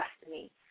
Destiny